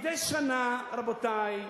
מדי שנה, רבותי,